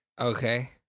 Okay